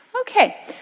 Okay